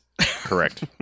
Correct